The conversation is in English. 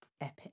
Epic